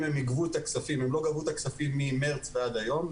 אם הם יגבו את הכספים הם לא גבו את הכספים ממרץ ועד היום,